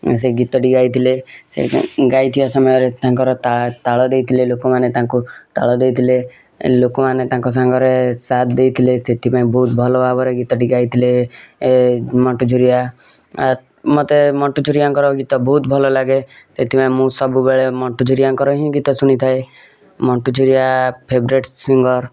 ସେ ଗୀତଟି ଗାଇଥିଲେ ଗାଇ ଥିବା ସମୟରେ ତାଙ୍କର ତାଳ ଦେଇଥିଲେ ଲୋକମାନେ ତାଙ୍କୁ ତାଳ ଦେଇଥିଲେ ଲୋକମାନେ ତାଙ୍କ ସାଙ୍ଗରେ ସାଥ ଦେଇଥିଲେ ସେଥିପାଇଁ ବହୁତ ଭଲ ଭାବରେ ଗୀତଟି ଗାଇଥିଲେ ମଣ୍ଟୁ ଝୁରିଆ ମତେ ମଣ୍ଟୁ ଝୁରିଆଙ୍କ ଗୀତ ବହୁତ ଭଲ ଲାଗେ ଏଥିପାଇଁ ମୁଁ ସବୁବେଳେ ମଣ୍ଟୁ ଝୁରିଆଙ୍କର ହିଁ ଗୀତ ଶୁଣିଥାଏ ମଣ୍ଟୁ ଝୁରିଆ ଫେବରାଇଟ ସିଙ୍ଗର୍